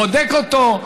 בודק אותו,